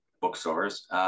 bookstores